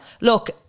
Look